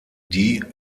die